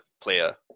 player